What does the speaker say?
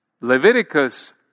Leviticus